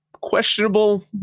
questionable